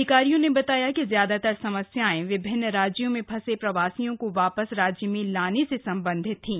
अधिकारीयों ने बताया कि ज्यादातर समस्याएं विभिन्न राज्यों में फंसे प्रवासियों को वापस राज्य में लाने से संबंधित थी